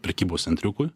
prekybos centriukui